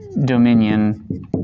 dominion